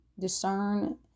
discern